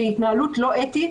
שהיא התנהלות לא אתית